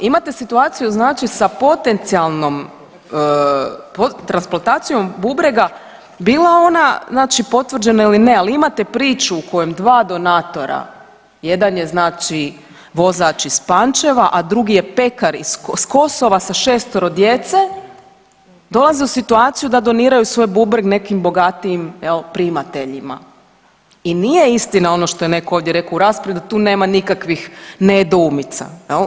Imate situaciju znači sa potencijalnom, transplantacijom bubrega bila ona znači potvrđena ili ne, ali imate priču u kojem 2 donatora, jedan je znači vozač iz Pančeva, a drugi je pekar s Kosova sa šestoro djece, dolaze u situaciju da doniraju svoj bubreg nekim bogatijim, je l', primateljima i nije istina ono što je netko ovdje rekao u raspravi, da tu nema nikakvih nedoumica.